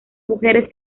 mujeres